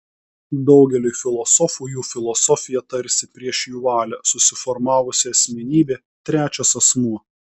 daugeliui filosofų jų filosofija tarsi prieš jų valią susiformavusi asmenybė trečias asmuo